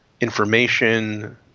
information